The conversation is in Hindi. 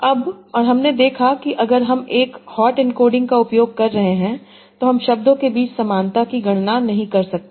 अब और हमने देखा कि अगर हम एक हॉट एन्कोडिंग का उपयोग कर रहे हैं तो हम शब्दों के बीच समानता की गणना नहीं कर सकते